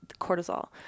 cortisol